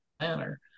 manner